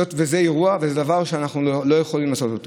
זה אירוע, וזה דבר שאנחנו לא יכולים לעשות.